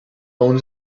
uns